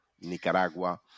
Nicaragua